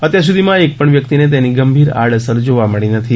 અત્યારસુધીમાં એકપણ વ્યક્તિને તેની ગંભીર આડઅસર જોવા મળી નથી